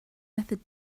method